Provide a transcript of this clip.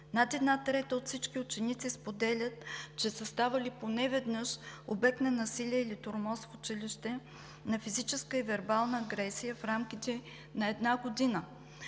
Над една трета от всички ученици споделят, че са ставали поне веднъж обект на насилие или тормоз в училище, на физическа и вербална агресия в рамките на една година.